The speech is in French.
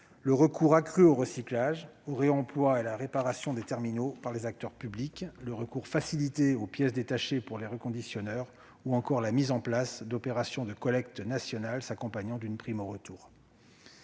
au recours accru au recyclage, au réemploi et à la réparation des terminaux par les acteurs publics, au recours facilité aux pièces détachées pour les reconditionneurs ou encore à la mise en place d'opérations de collecte nationale s'accompagnant d'une prime au retour.